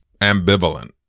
ambivalent